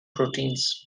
proteins